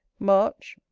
march,